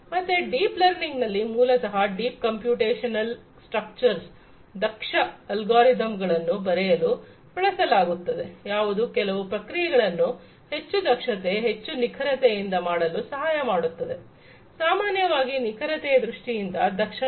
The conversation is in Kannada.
ಮತ್ತೆ ಡೀಪ್ ಲರ್ನಿಂಗ್ನಲ್ಲಿ ಮೂಲತಹ ಡೀಪ್ ಕಂಪ್ಯೂಟೇಷನಲ್ ಸ್ಟ್ರಕ್ಚರ್ಗಳನ್ನು ದಕ್ಷ ಅಲ್ಗಾರಿದಮ್ಗಳನ್ನು ಬರೆಯಲು ಬಳಸಲಾಗುತ್ತದೆ ಯಾವುದು ಕೆಲವು ಕ್ರಿಯೆಗಳನ್ನು ಹೆಚ್ಚು ದಕ್ಷತೆ ಹೆಚ್ಚು ನಿಖರತೆಯಿಂದ ಮಾಡಲು ಸಹಾಯಮಾಡುತ್ತದೆ ಸಾಮಾನ್ಯವಾಗಿ ನಿಖರತೆಯ ದೃಷ್ಟಿಯಿಂದ ದಕ್ಷತೆ